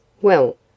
Well